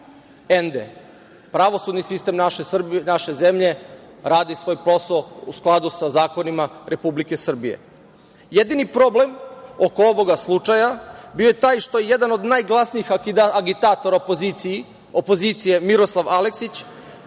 ende. Pravosudni sistem naše zemlje radi svoj posao u skladu sa zakonima Republike Srbije. Jedini problem oko ovog slučaja bio je taj što je jedan od najglasnijih agitatora opozicije Miroslav Aleksić,